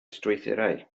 strwythurau